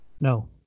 no